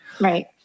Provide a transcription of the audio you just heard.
right